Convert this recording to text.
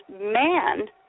man